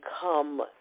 come